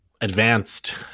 advanced